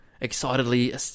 excitedly